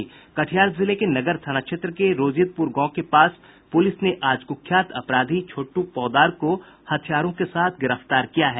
कटिहार जिले के नगर थाना क्षेत्र में रोजिदप्र गांव के पास पूलिस ने आज कुख्यात अपराधी छोटू पोद्दार को हथियारों के साथ गिरफ्तार किया है